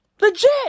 Legit